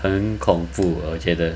很恐怖 ah 我觉的